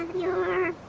your